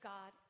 God